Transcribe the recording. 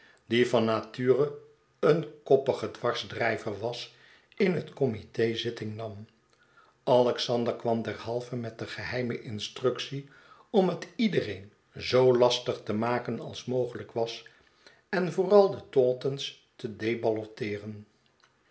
die van nature een koppige dwarsdrijver was in het committe zitting nam alexander kwam derhalve met de geheime instructie om het iedereen zoo lastig te maken als mogelijk was en vooral de taunton's te